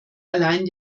allein